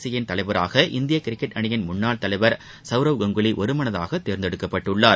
CI யின் தலைவராக இந்திய கிரிக்கெட் அணியின் முன்னாள் தலைவா் சவுரவ் கங்குலி ஒருமனதாக தேர்ந்தெடுக்கப்பட்டுள்ளார்